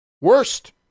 Worst